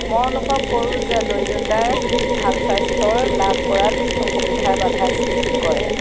মই অনুভৱ কৰোঁ যে দৰিদ্ৰতাই ভাল স্বাস্থ্যৰ লাভ কৰাত অসুবিধাৰ বাধাৰ সৃষ্টি কৰে